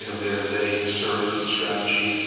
you know there's a services strategy.